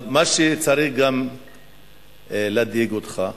מה שצריך גם להדאיג אותך,